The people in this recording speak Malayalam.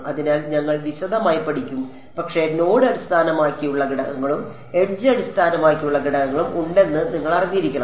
അതിനാൽ ഞങ്ങൾ വിശദമായി പഠിക്കും പക്ഷേ നോഡ് അടിസ്ഥാനമാക്കിയുള്ള ഘടകങ്ങളും എഡ്ജ് അടിസ്ഥാനമാക്കിയുള്ള ഘടകങ്ങളും ഉണ്ടെന്ന് നിങ്ങൾ അറിഞ്ഞിരിക്കണം